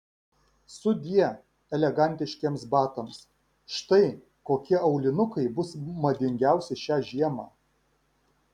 sudie elegantiškiems batams štai kokie aulinukai bus madingiausi šią žiemą